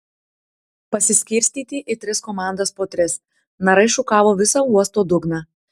paskirstyti į tris komandas po tris narai šukavo visą uosto dugną